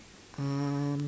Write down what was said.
um